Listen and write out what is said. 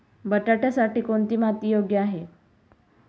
बटाट्यासाठी कोणती माती योग्य आहे?